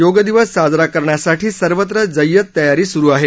योग दिवस साजरा करण्यासाठी सर्वत्र जय्यत तयारी सुरू आहे